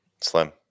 Slim